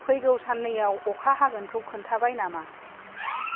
फैगौ साननैआव अखा हागोनखौ खोन्थाबाय नामा